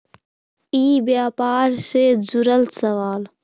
ई व्यापार से जुड़ल सवाल?